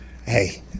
Hey